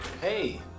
Hey